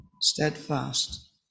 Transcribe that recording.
steadfast